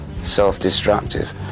self-destructive